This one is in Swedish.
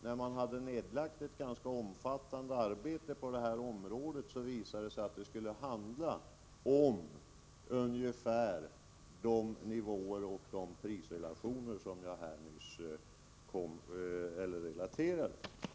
Sedan ett ganska omfattande arbete på det här området har nedlagts visar det sig att det handlar om ungefär de nivåer och de prisrelationer som jag nyss har relaterat.